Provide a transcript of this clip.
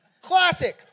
Classic